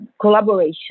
collaboration